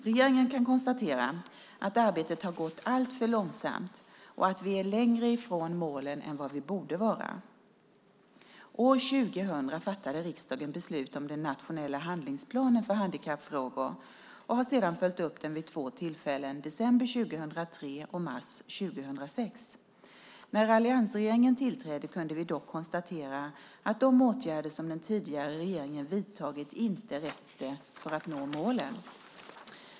Regeringen kan konstatera att arbetet har gått alltför långsamt och att vi är längre ifrån målen än vad vi borde vara. År 2000 fattade riksdagen beslut om den nationella handlingsplanen för handikappfrågor och har sedan följt upp den vid två tillfällen, december 2003 och mars 2006. När alliansregeringen tillträdde kunde vi dock konstatera att de åtgärder den tidigare regeringen vidtagit inte räckte för att nå målen.